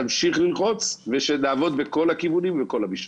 תמשיך ללחוץ ושנעבוד בכל הכיוונים ובכל המישורים.